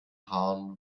haaren